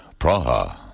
Praha